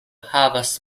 havas